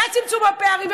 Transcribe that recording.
בצמצום הפערים.